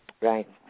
Right